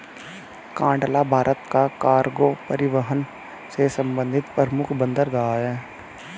कांडला भारत का कार्गो परिवहन से संबंधित प्रमुख बंदरगाह है